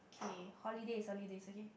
okay holidays holidays okay